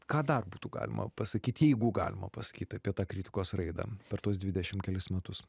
ką dar būtų galima pasakyt jeigu galima pasakyt apie tą kritikos raidą per tuos dvidešim kelis metus